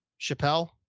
Chappelle